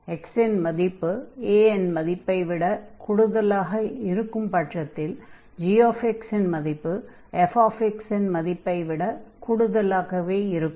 x இன் மதிப்பு a இன் மதிப்பை விடக் கூடுதலாக இருக்கும் பட்சத்தில் g இன் மதிப்பு fx இன் மதிப்பை விட கூடுதலாகவே இருக்கும்